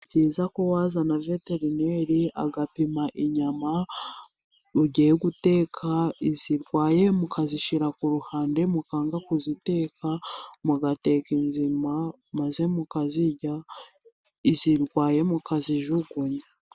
Nibyiza ko wazana veterineri agapima inyama mugiye guteka izirwaye mukazishyira ku ruhande mukanga kuziteka mugateka inzima maze mukazijya, izirwaye mukazijugunya.